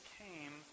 came